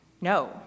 No